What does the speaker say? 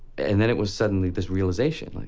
and then it was suddenly this realization. like